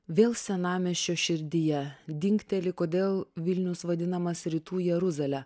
vėl senamiesčio širdyje dingteli kodėl vilnius vadinamas rytų jeruzale